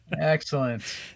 excellent